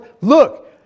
Look